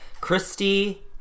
Christy